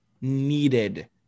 needed